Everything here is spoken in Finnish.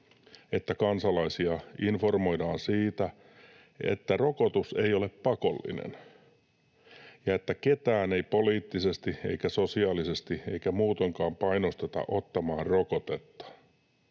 että kansalaisia informoidaan siitä, että rokotus ei ole pakollinen, ja että ketään ei poliittisesti eikä sosiaalisesti eikä muutenkaan painosteta ottamaan rokotetta.